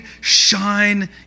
shine